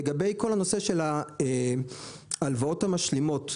לגבי הלוואות משלימות,